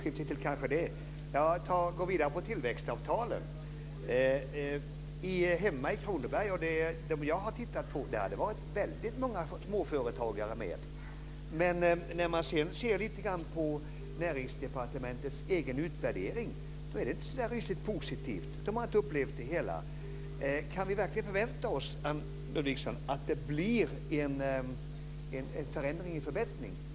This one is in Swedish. Herr talman! Jag går vidare med tillväxtavtalen. Hemma i Kronoberg, något som jag har tittat på, har det varit väldigt många småföretagare med. När man sedan ser lite grann på Näringsdepartementets egen utvärdering har det inte upplevts som så rysligt positivt. Kan vi verkligen förvänta oss, Anne Ludvigsson, att det blir en förändring, en förbättring?